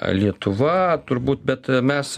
lietuva turbūt bet mes